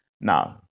Now